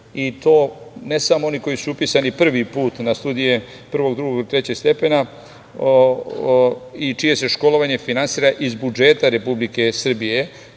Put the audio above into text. i to ne samo oni koji su upisani prvi put na studije prvog, drugog, trećeg stepena i čije se školovanje finansira iz budžeta Republike Srbije.